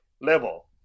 level